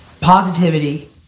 positivity